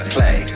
Play